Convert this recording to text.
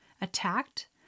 attacked